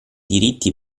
diritti